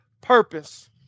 purpose